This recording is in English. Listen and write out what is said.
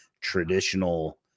traditional